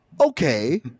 Okay